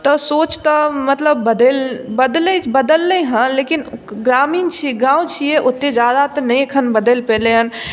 तऽ सोच तऽ मतलब बदलि बदललै हँ लेकिन ग्रामीण छी गाँव छियै ओते जादा तऽ नहि एखन बदलि पैलै हँ